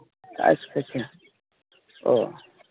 ᱟᱪᱪᱷᱟ ᱟᱪᱪᱷᱟ ᱚᱻ